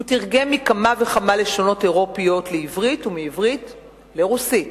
הוא תרגם מכמה וכמה לשונות אירופיות לעברית ומעברית לרוסית.